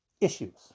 Issues